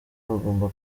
bagomba